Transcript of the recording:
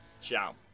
Ciao